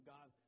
God